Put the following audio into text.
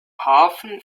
hafen